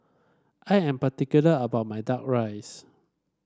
I am particular about my duck rice